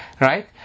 right